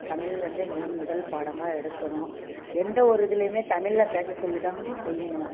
தமிழ் வந்து மெயின் முதல் பாடமாக எடுக்கணும் எந்த ஒரு இதுலேயுமே தமிழில் பேச சொல்லி தான் செய்யணும்